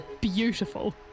beautiful